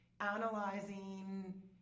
analyzing